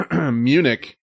Munich